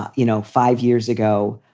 ah you know, five years ago,